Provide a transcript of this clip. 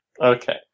Okay